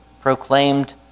proclaimed